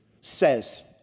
says